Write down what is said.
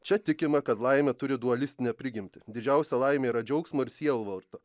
čia tikima kad laimė turi dualistinę prigimtį didžiausia laimė yra džiaugsmo ir sielvarto